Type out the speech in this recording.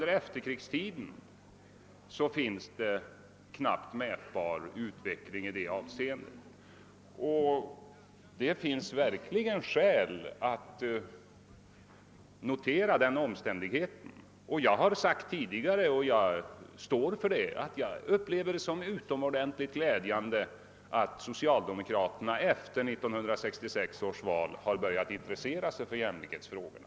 Därefter, d. v. s. under efterkrigstiden, är emellertid utvecklingen i det avseendet knappt mätbar. Det finns verkligen skäl att notera den omständigheten. Jag har tidigare sagt, och jag står för det, att jag upplever det som utomordentligt glädjande att socialdemokraterna efter 1966 års val har börjat intressera sig för jämlikhetsfrågorna.